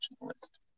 list